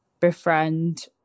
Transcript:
befriend